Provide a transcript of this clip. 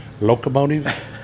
locomotive